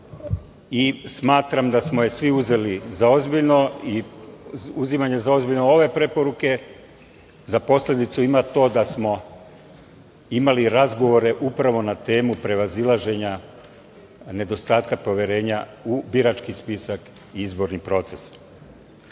i smatram da smo je svi uzeli za ozbiljno i uzimanje za ozbiljno ove preporuke za posledicu ima to da smo imali razgovore upravo na temu prevazilaženja nedostatka poverenja u birački spisak i izborni